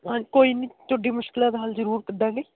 ਕੋਈ ਨਹੀਂ ਤੁਹਾਡੀ ਮੁਸ਼ਕਿਲਾਂ ਦਾ ਹੱਲ ਜ਼ਰੂਰ ਕੱਢਾਗੇ